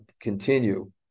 continue